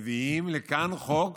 מביאים לכאן חוק